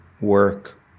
work